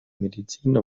medizin